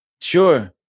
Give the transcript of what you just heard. Sure